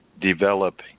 develop